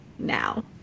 now